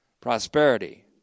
prosperity